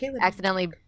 accidentally